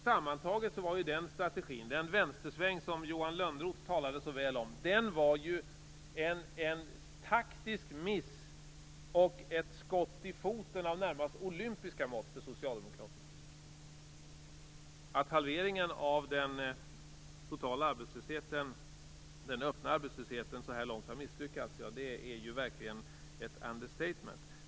Sammantaget var ju den vänstersväng som Johan Lönnroth talade så väl om en taktisk miss och ett skott i foten av närmast olympiska mått för Att halveringen av den öppna arbetslösheten så här långt har misslyckats är verkligen ett understatement.